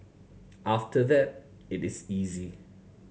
after that it is easy